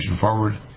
forward